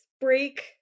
break